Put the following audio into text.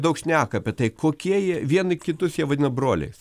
daug šneka apie tai kokie jie vieni kitus jie vadina broliais